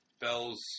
Bell's